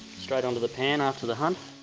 straight onto the pan after the hunt.